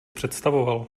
představoval